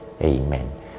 Amen